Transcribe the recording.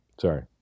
Sorry